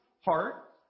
heart